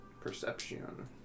Perception